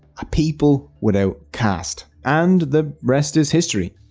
a people without caste. and the rest is history.